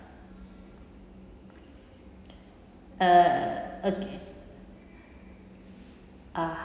uh okay ah